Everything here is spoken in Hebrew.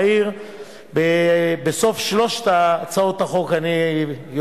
השאלה היא אם הוא